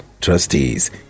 trustees